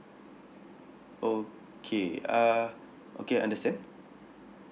okay uh okay understand